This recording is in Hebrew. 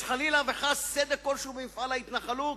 יש חלילה וחס סדק כלשהו במפעל ההתנחלות?